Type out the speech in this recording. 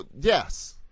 Yes